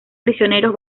prisioneros